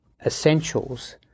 essentials